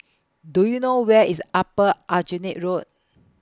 Do YOU know Where IS Upper Aljunied Road